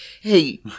hey